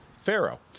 Pharaoh